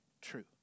true